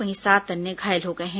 वहीं सात अन्य घायल हो गए हैं